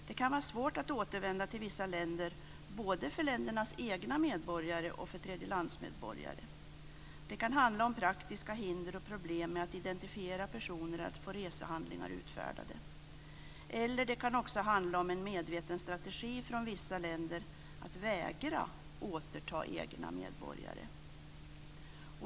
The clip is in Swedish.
Det kan vara svårt att återvända till vissa länder, både för ländernas egna medborgare och för tredjelandsmedborgare. Det kan handla om praktiska hinder och problem med att indentifiera personer och att få resehandlingar utfärdade. Det kan också handla om en medveten strategi från vissa länder att vägra återta egna medborgare.